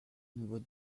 nouveau